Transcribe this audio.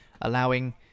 allowing